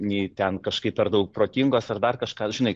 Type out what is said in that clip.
nei ten kažkaip per daug protingos ar dar kažką žinai